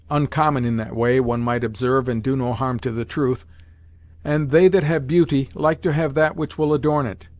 uncommon in that way, one might observe and do no harm to the truth and they that have beauty, like to have that which will adorn it.